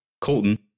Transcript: Colton